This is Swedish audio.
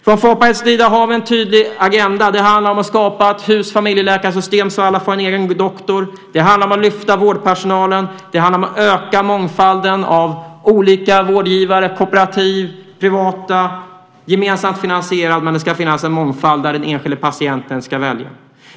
Från Folkpartiets sida har vi en tydlig agenda. Det handlar om att skapa ett hus och familjeläkarsystem så att alla får egen doktor. Det handlar om att lyfta vårdpersonalen. Det handlar om att öka mångfalden av olika vårdgivare, kooperativ och privata. Det ska vara gemensamt finansierat, men det ska finnas en mångfald där den enskilde patienten ska välja.